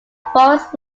forest